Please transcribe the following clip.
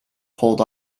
pulled